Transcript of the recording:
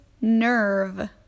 nerve